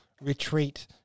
retreat